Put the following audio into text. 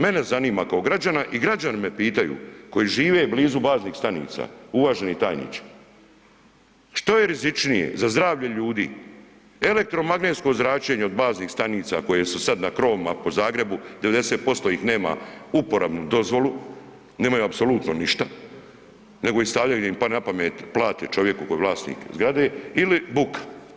Mene zanima kao građana i građani me pitaju koji žive blizu baznih stanica, uvaženi tajniče, što je rizičnije za zdravlje ljudi, elektromagnetsko zračenje od baznih stanica koje su sad na krovovima po Zagrebu 90% ih nema uporabnu dozvolu, nemaju apsolutno ništa, nego ih stavljanjem napamet plate čovjeku koji je vlasnik zgrade ili buka.